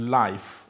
life